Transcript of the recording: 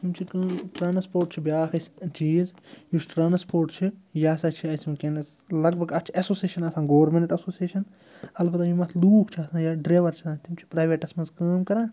یِم چھِ کٲم ٹرٛانَسپورٹ چھِ بیٛاکھ اسہِ چیٖز یُس ٹرٛانَسپورٹ چھُ یہِ ہَسا چھِ اسہِ وُنکیٚس لگ بھَگ اَتھ چھِ ایٚسوسیشَن آسان گورمیٚنٛٹ ایٚسوسِیشَن البتہ یِم اَتھ لوٗکھ چھِ آسان یا ڈرٛیوَر چھِ آسان تِم چھِ پرٛایویٹَس منٛز کٲم کَران